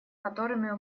которыми